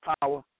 Power